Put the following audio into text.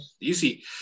easy